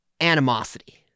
animosity